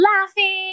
laughing